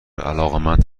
علاقمند